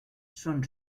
són